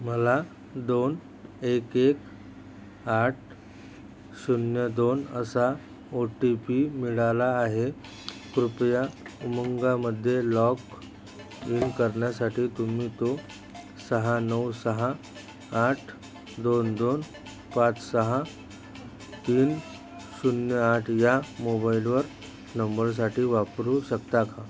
मला दोन एक एक आठ शून्य दोन असा ओ टी पी मिळाला आहे कृपया उमंगमध्ये लॉक इन करण्यासाठी तुम्ही तो सहा नऊ सहा आठ दोन दोन पाच सहा तीन शून्य आठ या मोबाईलवर नंबरसाठी वापरू शकता का